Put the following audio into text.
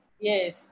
Yes